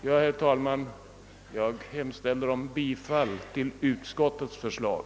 Jag hemställer, herr talman, om bifall till utskottets förslag.